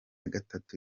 gatatu